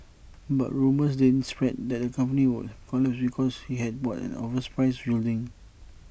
but rumours then spread that the company would collapse because he had bought an overpriced building